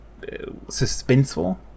suspenseful